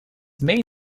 main